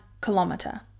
kilometer